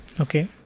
Okay